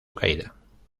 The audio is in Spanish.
caída